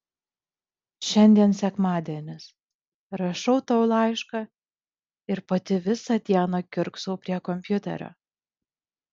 šiandien sekmadienis rašau tau laišką ir pati visą dieną kiurksau prie kompiuterio